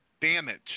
Damage